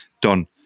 Done